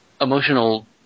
emotional